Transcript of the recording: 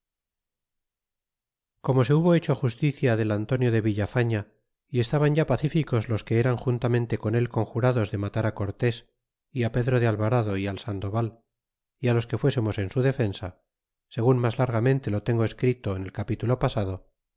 como se hubo hecho justicia del antonio de villafaña y estaban ya pacíficos los que eran juntamente con él conjurados de matar cortés y pedro de alvarado y al sandoval y los que fuésemos en su defensa segun mas largamente lo tengo escrito en el capítulo pasado